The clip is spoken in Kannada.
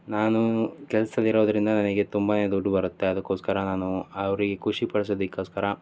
ನಾನು ಕೆಲ್ಸ್ದಲ್ಲಿ ಇರೋದರಿಂದ ನನಗೆ ತುಂಬಾ ದುಡ್ಡು ಬರುತ್ತೆ ಅದಕ್ಕೋಸ್ಕರ ನಾನು ಅವರಿಗೆ ಖುಷಿ ಪಡಿಸೋದಕ್ಕೋಸ್ಕರ